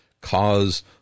cause